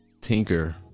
Tinker